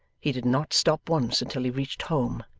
he did not stop once until he reached home,